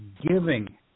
giving